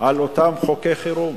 על אותם חוקי חירום.